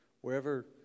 wherever